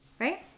Right